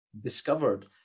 discovered